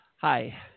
Hi